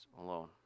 alone